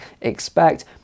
expect